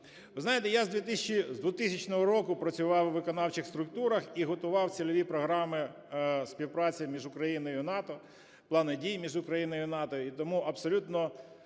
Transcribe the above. Ви знаєте, я з 2000 року працював у виконавчих структурах і готував цільові програми співпраці між Україною і НАТО, плани дій між Україною і НАТО,